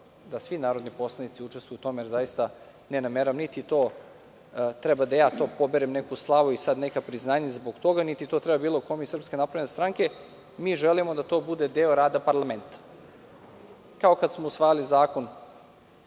da svi narodni poslanici učestvuju u tome, jer zaista ne nameravam niti ja treba da poberem neku slavu i neka priznanja zbog toga, niti to treba bilo kome iz Srpske napredne stranke. Mi želimo da to bude deo rada parlamenta, kao kad smo usvajali